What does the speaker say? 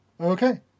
Okay